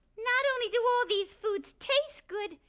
not only do all these foods taste good,